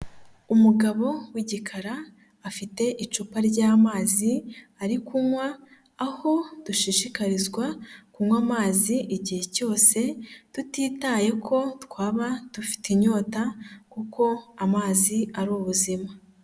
Umugabo w'igikara afite icupa ry'amazi ari kunywa aho dushishikarizwa kunywa amazi igihe cyose tutitaye ko twaba dufite inyota kuko amazi ari ubuzima.